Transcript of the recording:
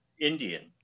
Indian